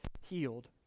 healed